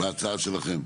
בהצעה שלכם.